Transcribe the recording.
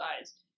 eyes